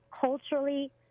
culturally